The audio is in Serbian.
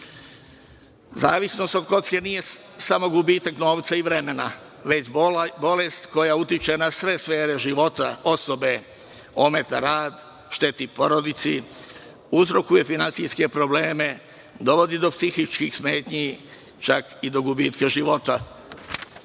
droge. Zavisnost od kocke nije samo gubitak novca i vremena već bolest koja utiče na sve sfere života osobe, ometa rad, šteti porodici, uzrokuje finansijske probleme, dovodi do psihičkih smetnji i čak i do gubitka